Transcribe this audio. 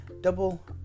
Double